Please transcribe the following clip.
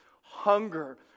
hunger